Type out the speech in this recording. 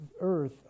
earth